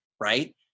right